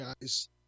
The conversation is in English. guys